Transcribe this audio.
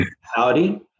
Howdy